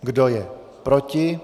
Kdo je proti?